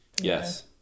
Yes